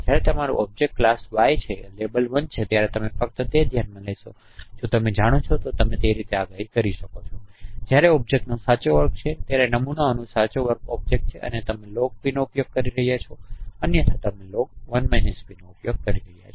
જ્યારે તમારું object class y છે લેબલ 1 છે ત્યારે તમે ફક્ત તે ધ્યાનમાં લેશો કે જો તમે જાણો છો કે તમે તે રીતે આગાહી કરી શકો છોજ્યારે ઑબ્જેક્ટનો સાચો વર્ગ છે નમૂનાનો સાચો વર્ગ ઑબ્જેક્ટ છે પછી તમે લોગ પી નો ઉપયોગ કરી રહ્યાં છો અન્યથા તમે લોગ 1 પી નો ઉપયોગ કરી રહ્યા છો